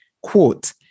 Quote